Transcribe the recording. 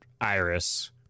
Iris